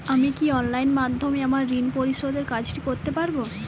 আমি কি অনলাইন মাধ্যমে আমার ঋণ পরিশোধের কাজটি করতে পারব?